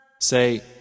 Say